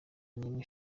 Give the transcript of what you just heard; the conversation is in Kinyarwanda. n’imwe